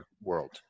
world